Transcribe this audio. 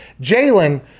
Jalen